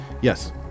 Yes